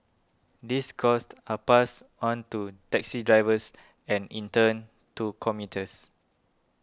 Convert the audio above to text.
these costs are passed on to taxi drivers and in turn to commuters